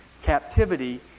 captivity